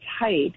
height